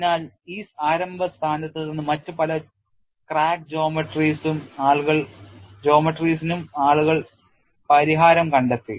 അതിനാൽ ഈ ആരംഭ സ്ഥാനത്ത് നിന്ന് മറ്റ് പല ക്രാക്ക് ജ്യാമിതികൾക്കും ആളുകൾ പരിഹാരം കണ്ടെത്തി